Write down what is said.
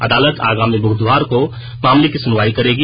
अदालत आगामी बुधवार को मामले की सुनवाई करेगी